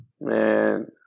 Man